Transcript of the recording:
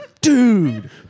Dude